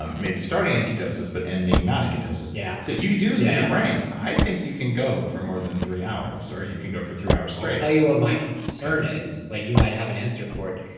um maybe starting in ketosis but ending not in ketosis. yeah so you could do this with your brain. i think you can go for more than three hours, or you can go for three hours straight i'll tell you what my concern is, but you might have an answer for it.